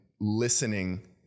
listening